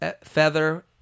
Feather